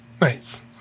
Nice